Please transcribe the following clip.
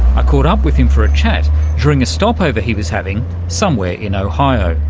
i caught up with him for a chat during a stopover he was having somewhere in ohio.